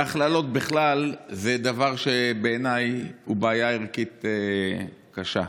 והכללות בכלל זה דבר שבעיניי הוא בעיה ערכית קשה.